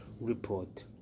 report